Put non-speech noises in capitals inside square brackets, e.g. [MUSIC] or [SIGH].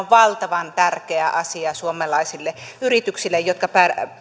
[UNINTELLIGIBLE] valtavan tärkeä asia suomalaisille yrityksille jotka